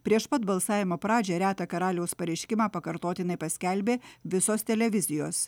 prieš pat balsavimo pradžią retą karaliaus pareiškimą pakartotinai paskelbė visos televizijos